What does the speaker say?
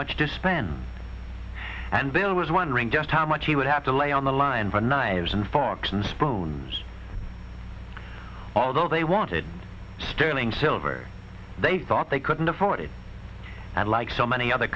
to spend and bill was wondering just how much he would have to lay on the line for knives and forks and spoons although they wanted sterling silver they thought they couldn't afford it and like so many other